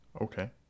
Okay